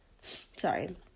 Sorry